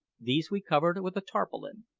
these we covered with a tarpaulin,